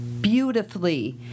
beautifully